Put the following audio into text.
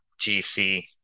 GC